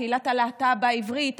קהילת הלהט"ב העברית,